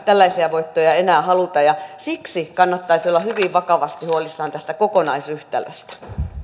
tällaisia voittoja ei enää haluta ja siksi kannattaisi olla hyvin vakavasti huolissaan tästä kokonaisyhtälöstä